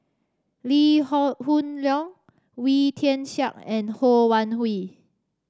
Lee Hoon Leong Wee Tian Siak and Ho Wan Hui